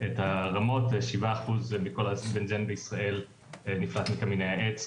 הרמות ל-7% בכל הבנזן בישראל נפלט מקמיני העץ.